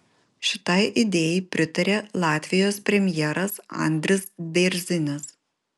šitai idėjai pritarė latvijos premjeras andris bėrzinis